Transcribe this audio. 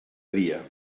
dia